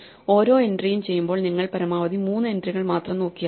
ഓരോ എൻട്രിയും ചെയ്യുമ്പോൾ നിങ്ങൾ പരമാവധി മൂന്ന് എൻട്രികൾ മാത്രം നോക്കിയാൽ മതി